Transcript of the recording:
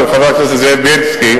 של חבר הכנסת זאב בילסקי,